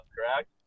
Correct